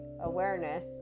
awareness